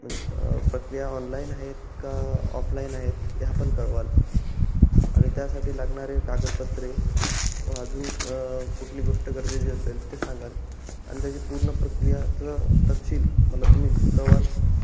मन् प्रक्रिया ऑनलाईन आहेत का ऑफलाईन आहेत ह्या पण कळवाल आणि त्यासाठी लागणारे कागदपत्रे व अजून कुठली गोष्ट गरजे जे असेल ते सांगाल आणि त्याची पूर्ण प्रक्रियाचं तपशील मला तुम्ही कळवाल